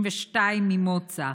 בת 32, ממוצא,